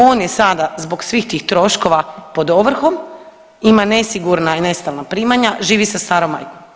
On je sada zbog svih tih troškova pod ovrhom ima nesigurna i nestalna primanja, živi sa starom majkom.